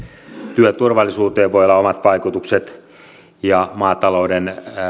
työturvallisuuteen voi olla omat vaikutuksensa ja maatalouden